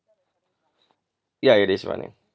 ya it is running